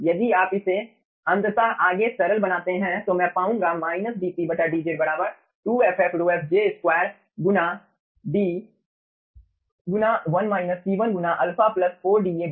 यदि आप इसे अंततः आगे सरल बनाते हैं तो मैं पाऊंगा -dp dz 2ff ρf j2 D गुना गुना अल्फा प्लस 4 DA V